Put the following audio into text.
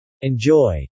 Enjoy